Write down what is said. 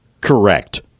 Correct